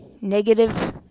negative